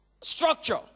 structure